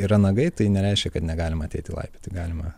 yra nagai tai nereiškia kad negalima ateiti laipioti galima